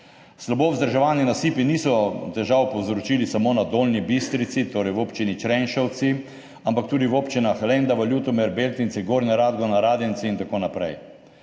Slabo vzdrževani nasipi niso težav povzročili samo na Dolnji Bistrici, torej v občini Črenšovci, ampak tudi v občinah Lendava, Ljutomer, Beltinci, Gornja Radgona, Radenci in tako naprej.